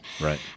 Right